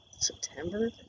September